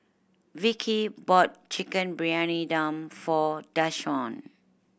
Vicky bought Chicken Briyani Dum for Dashawn